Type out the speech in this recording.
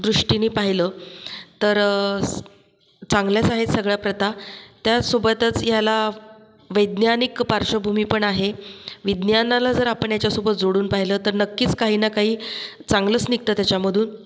दृष्टीने पहिलं तर चांगल्याच आहेत सगळ्या प्रथा त्यासोबतच ह्याला वैज्ञानिक पार्श्वभूमी पण आहे विज्ञानाला जर आपण याच्यासोबत जोडून पाहिलं तर नक्कीच काही ना काही चांगलंच निघतं त्याच्यामधून